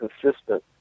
consistent